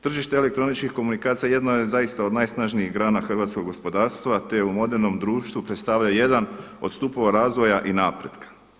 Tržište elektroničkih komunikacija jedno od zaista najsnažnijih grana hrvatskog gospodarstva, te u modernom društvu predstavlja jedan od stupova razvoja i napretka.